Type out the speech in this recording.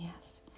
Yes